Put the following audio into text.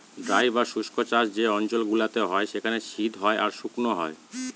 dry বা শুস্ক চাষ যে অঞ্চল গুলোতে হয় সেখানে শীত হয় আর শুকনো হয়